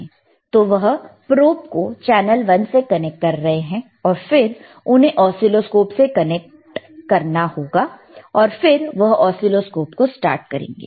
तो वह प्रोब को चैनल 1 से कनेक्ट कर रहे हैं और फिर उन्हें ऑसीलोस्कोप से कनेक्ट करना होगा और फिर वह ऑसीलोस्कोप को स्टार्ट करेंगे